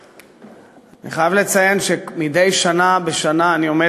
אני חייב לציין שמדי שנה בשנה אני עומד